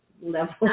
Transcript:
level